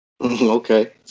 Okay